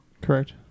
Correct